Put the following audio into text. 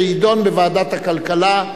שיידון בוועדת הכלכלה.